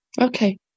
okay